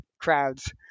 crowds